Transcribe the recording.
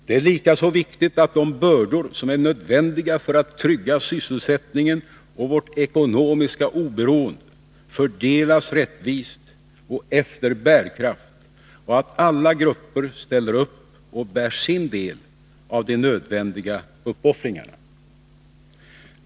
Det är likaså viktigt att de bördor som är Nr 51 nödvändiga för att sysselsättningen och vårt ekonomiska oberoende skall Onsdagen den kunna tryggas fördelas rättvist och efter bärkraft samt att alla grupper ställer 15 december 1982 upp och bär sin del av de nödvändiga uppoffringarna.